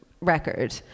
record